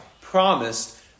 promised